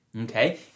okay